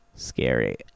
scary